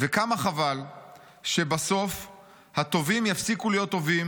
כמה חבל שבסוף הטובים יפסיקו להיות טובים